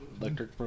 electric